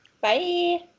Bye